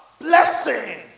blessing